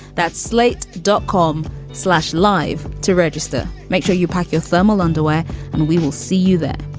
that's slate, dot com slash, live to register. make sure you pack your thermal underwear and we will see you there